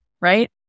right